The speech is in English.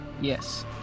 Yes